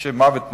של מוות מוחי,